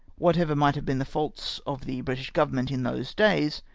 whatever might have been the faults of the british government in those days,